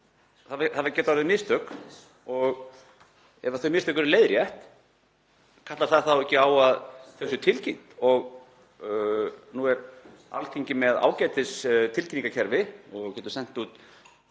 Það geta orðið mistök og ef þau mistök eru leiðrétt, kallar það þá ekki á að þau séu tilkynnt? Nú er Alþingi með ágætistilkynningarkerfi og getur sent út